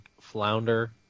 flounder